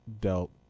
dealt